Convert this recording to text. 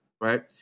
right